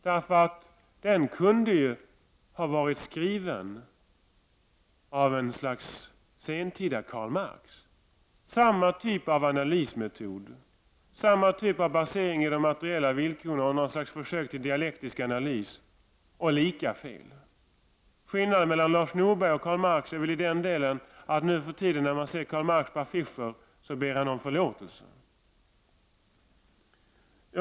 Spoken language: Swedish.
Den kunde ha varit skriven av en sentida Karl Marx — det vara samma typ av analys, det var samma typ av basering på de materiella villkoren och något slags försök till dialektisk analys, och det var lika fel. Skillnaden mellan Lars Norberg och Karl Marx är väl i den delen att när man nu för tiden ser Karl Marx på affischer ber han om förlåtelse.